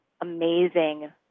amazing